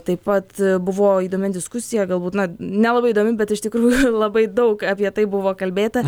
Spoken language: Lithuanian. taip pat buvo įdomi diskusija galbūt nelabai įdomi bet iš tikrųjų labai daug apie tai buvo kalbėta